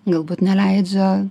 galbūt neleidžia